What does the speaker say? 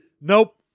nope